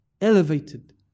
Elevated